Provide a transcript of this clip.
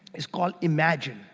is called imagine.